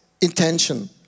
intention